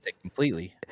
completely